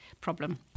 problem